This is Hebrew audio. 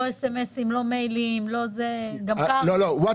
לא סמסים, לא מיילים, גם קרעי.